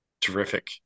Terrific